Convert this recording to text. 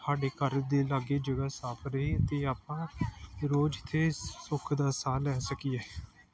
ਸਾਡੇ ਘਰ ਦੇ ਲਾਗੇ ਜਗ੍ਹਾ ਸਾਫ਼ ਰਹੇ ਅਤੇ ਆਪਾਂ ਰੋਜ਼ ਇੱਥੇ ਸੁੱਖ ਦਾ ਸਾਹ ਲੈ ਸਕੀਏ